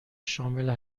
شامل